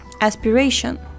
aspiration